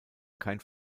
kein